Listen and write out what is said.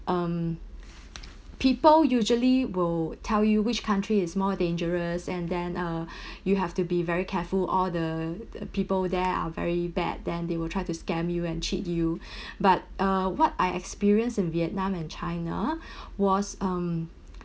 um people usually will tell you which country is more dangerous and then uh you have to be very careful all the the people there are very bad then they will try to scam you and cheat you but uh what I experience in vietnam and china was um